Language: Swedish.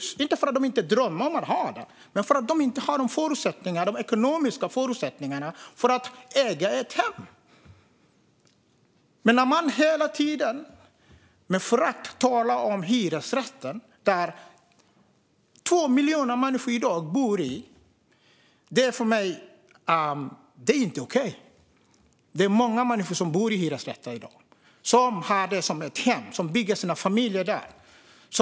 Det är inte för att de inte drömmer om det utan för att de inte har de ekonomiska förutsättningarna att äga ett hem. Att man hela tiden talar med förakt om hyresrätter, där det i dag bor 2 miljoner människor, är för mig inte okej. Det är många människor som bor i hyresrätt i dag. Man har sitt hem där och bygger sin familj där.